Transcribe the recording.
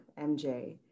MJ